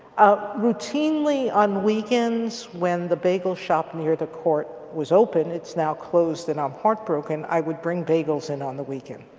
routinely on weekends when the bagel shop near the court was open, it's now closed and i'm heartbroken, i would bring bagels in on the weekend.